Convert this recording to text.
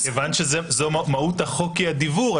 כיוון שמהות החוק היא הדיוור,